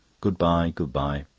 good-bye, good-bye.